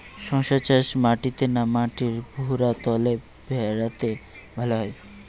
শশা চাষ মাটিতে না মাটির ভুরাতুলে ভেরাতে ভালো হয়?